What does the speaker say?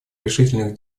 решительных